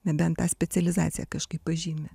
nebent tą specializaciją kažkaip pažymi